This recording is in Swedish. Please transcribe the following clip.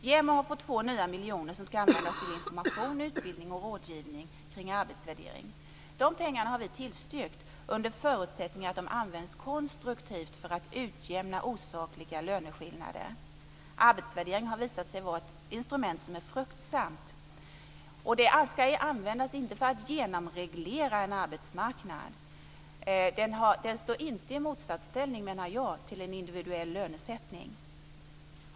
JämO har fått 2 nya miljoner som skall användas till information, utbildning och rådgivning kring arbetsvärdering. De pengarna har vi tillstyrkt under förutsättning att de används konstruktivt för att utjämna osakliga löneskillnader. Arbetsvärdering har visat sig vara ett instrument som är fruktsamt. Arbetsvärdering skall inte användas för att genomreglera en arbetsmarknad. Jag menar att den inte står i motsatsställning till en individuell lönesättning.